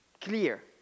clear